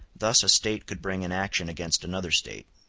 thus a state could bring an action against another state.